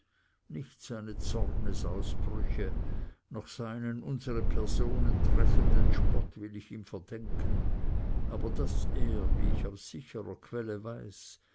nicht seine zornausbrüche noch seinen unsere personen treffenden spott will ich ihm verdenken aber daß er wie ich aus sichrer quelle weiß